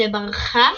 שברחה